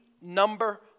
number